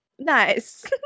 Nice